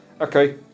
Okay